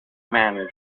managed